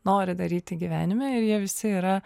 nori daryti gyvenime ir jie visi yra